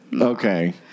Okay